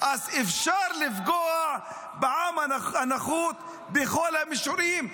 ------- אפשר לפגוע בעם הנחות בכל המישורים,